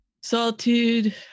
solitude